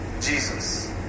Jesus